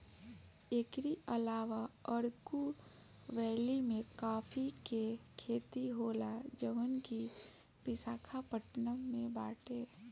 एकरी अलावा अरकू वैली में काफी के खेती होला जवन की विशाखापट्टनम में बाटे